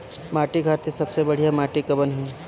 खेती खातिर सबसे बढ़िया माटी कवन ह?